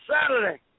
Saturday